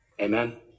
Amen